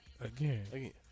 Again